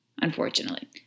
unfortunately